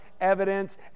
evidence